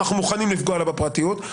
אנחנו מוכנים לפגוע לה בפרטיות,